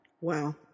Wow